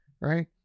right